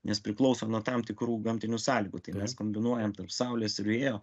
nes priklauso nuo tam tikrų gamtinių sąlygų tai mes kombinuojam tarp saulės ir vėjo